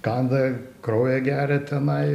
kanda kraują geria tenai